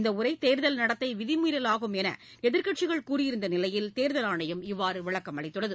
இந்த உரை தேர்தல் நடத்தை விதிமீறலாகும் என்று எதிர்க்கட்சிகள் கூறியிருந்த நிலையில் தேர்தல் ஆணையம் இவ்வாறு விளக்கம் அளித்துள்ளது